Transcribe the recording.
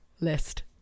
list